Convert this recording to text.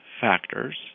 factors